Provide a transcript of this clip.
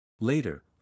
Later